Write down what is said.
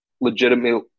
legitimately